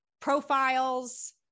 profiles